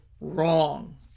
wrong